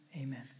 Amen